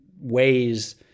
ways